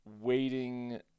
waiting